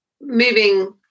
moving